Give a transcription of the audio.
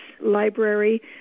Library